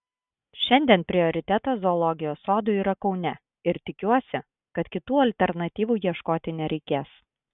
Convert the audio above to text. šiandien prioritetas zoologijos sodui yra kaune ir tikiuosi kad kitų alternatyvų ieškoti nereikės